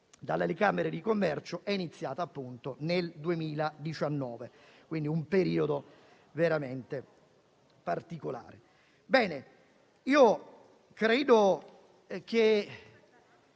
dalle camere di commercio, è iniziata nel 2019, in un periodo veramente particolare.